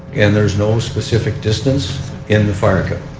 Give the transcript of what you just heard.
and there is no specific distance in the fire code.